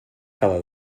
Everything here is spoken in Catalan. cada